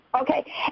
Okay